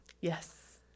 Yes